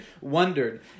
wondered